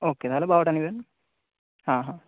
ওকে তাহলে বারোটা নেবেন হ্যাঁ হ্যাঁ